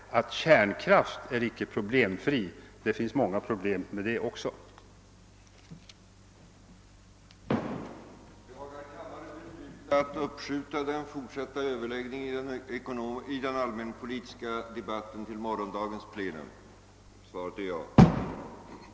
För att såsom rapportör för Europarådets kommitté för socialoch hälsovårdsfrågor representera kommittén vid ett av rådet anordnat seminarium rörande frivilligtjänst i u-länderna, vilket hålles i Strasbourg, anhålles om ledig